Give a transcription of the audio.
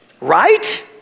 Right